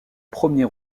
premier